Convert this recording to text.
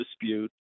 dispute